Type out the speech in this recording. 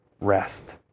rest